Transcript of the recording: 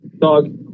Dog